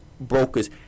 brokers